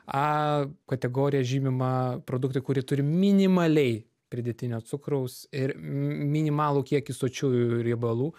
a kategorija žymima produktai kurie turi minimaliai pridėtinio cukraus ir minimalų kiekį sočiųjų riebalų